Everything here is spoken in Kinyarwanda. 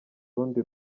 rundi